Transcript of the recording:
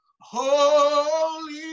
holy